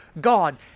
God